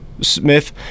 Smith